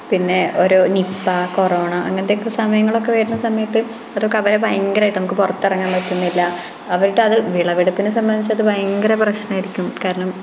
പിന്നെ ഓരോ Nipah corona അങ്ങനത്തതൊക്കെ സമയങ്ങളൊക്കെ വരുന്ന സമയത്ത് അതൊക്കെ അവരെ ഭയങ്കരമായിട്ട് നമുക്ക് പുറത്തിറങ്ങാൻ പറ്റുന്നില്ല അവരുടേത് വിളവെടുപ്പിനെ സംബന്ധിച്ചത് ഭയങ്കര പ്രശ്നമായിരിക്കും കാരണം